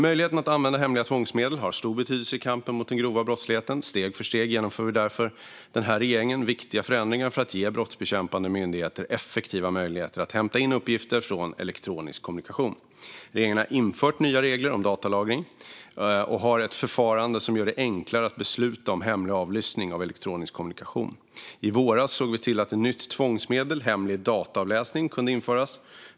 Möjligheter att använda hemliga tvångsmedel har stor betydelse i kampen mot den grova brottsligheten. Steg för steg genomför därför den här regeringen viktiga förändringar för att ge de brottsbekämpande myndigheterna effektiva möjligheter att hämta in uppgifter från elektronisk kommunikation. Regeringen har infört nya regler om datalagring och ett förfarande som gör det enklare att besluta om hemlig avlyssning av elektronisk kommunikation. I våras såg vi till att ett nytt tvångsmedel, hemlig dataavläsning, kunde införas.